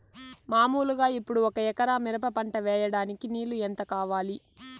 మామూలుగా ఇప్పుడు ఒక ఎకరా మిరప పంట వేయడానికి నీళ్లు ఎంత కావాలి?